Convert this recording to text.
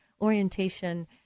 orientation